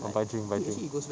ah buy drink buy drink